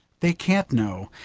they can't know.